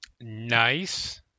Nice